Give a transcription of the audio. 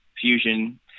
fusion